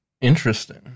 Interesting